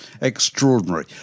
extraordinary